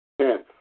Tenth